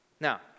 Now